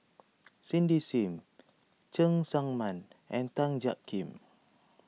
Cindy Sim Cheng Tsang Man and Tan Jiak Kim